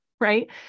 right